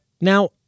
Now